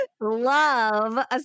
love